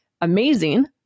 amazing